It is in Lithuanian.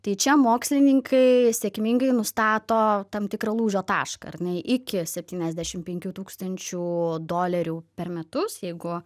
tai čia mokslininkai sėkmingai nustato tam tikrą lūžio tašką ar ne iki septyniasdešim penkių tūkstančių dolerių per metus jeigu